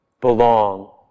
belong